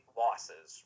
losses